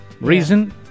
Reason